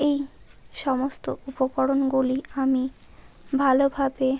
এই সমস্ত উপকরণগুলি আমি ভালোভাবে